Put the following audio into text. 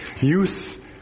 Youth